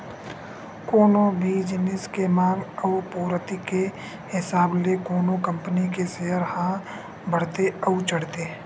कोनो भी जिनिस के मांग अउ पूरति के हिसाब ले कोनो कंपनी के सेयर ह बड़थे अउ चढ़थे